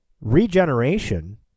Regeneration